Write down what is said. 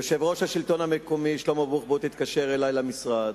יושב-ראש השלטון המקומי שלמה בוחבוט התקשר אלי למשרד.